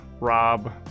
Rob